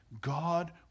God